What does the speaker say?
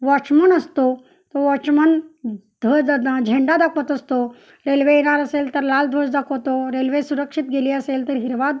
watchman असतो तो watchman ध द द झेंडा दाखवत असतो रेल्वे येणार असेल तर लाल ध्वज दाखवतो रेल्वे सुरक्षित गेली असेल तर हिरवा